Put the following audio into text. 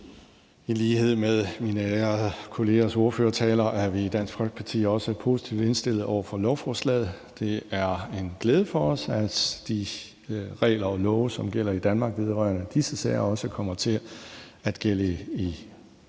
I lighed med mine ærede kollegers ordførertaler vil jeg sige, at vi i Dansk Folkeparti også er positivt indstillet over for lovforslaget. Det er en glæde for os, at de regler og love, som gælder i Danmark vedrørende de sager, også kommer til at gælde i Grønland.